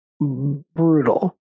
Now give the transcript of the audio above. brutal